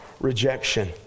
Rejection